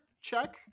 check